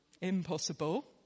impossible